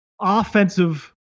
offensive